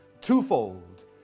twofold